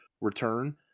return